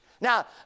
Now